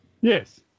Yes